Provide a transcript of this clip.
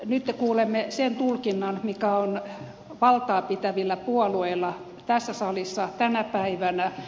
nyt kuulemme sen tulkinnan mikä on valtaapitävillä puolueilla tässä salissa tänä päivänä